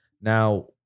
Now